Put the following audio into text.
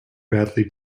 badly